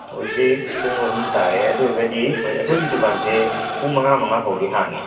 ꯍꯧꯖꯤꯛ ꯄꯨꯡ ꯑꯍꯨꯝ ꯇꯥꯔꯦ ꯑꯗꯨ ꯑꯣꯏꯔꯒꯗꯤ ꯍꯧꯏ ꯑꯩꯈꯣꯏꯒꯤ ꯗꯨꯀꯥꯟꯁꯦ ꯄꯨꯡ ꯃꯉꯥ ꯃꯉꯥ ꯐꯥꯎꯗꯤ ꯍꯥꯡꯏ